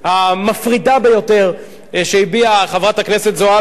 המפרידה ביותר, שהביעה חברת הכנסת זועבי.